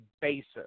basis